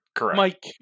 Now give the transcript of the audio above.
Mike